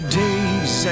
days